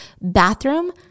bathroom